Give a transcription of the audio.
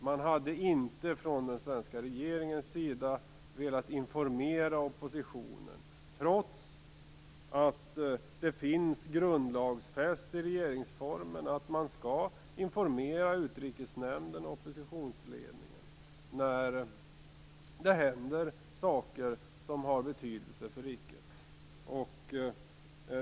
Man hade inte från den svenska regeringens sida velat informera oppositionen, trots att det är grundlagsfäst i regeringsformen att man skall informera Utrikesnämnden och oppositionsledningen när det händer saker som har betydelse för riket.